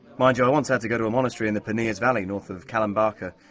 mind you, i once had to go to a monastery in the peneas valley, north of kalambaka,